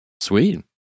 Sweet